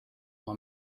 oma